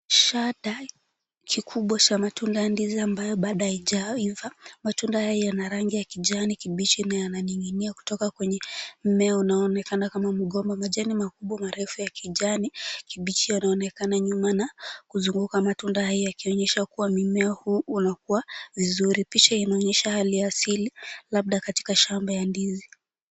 Shada kikubwa cha matunda ya ndizi ambayo bado haijaiva. Matunda hayo yana rangi ya kijani kibichi na yananing'inia kutoka kwenye mmea unaonekana kama mgomba. Majani makubwa marefu ya kijani kibichi yanaonekana nyuma na kuzunguka matunda hiyo na ikionyesha kuwa mimea huo unakuwa vizuri. Picha inaonyesha hali asili labda katika shamba ya ndizi.